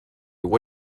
what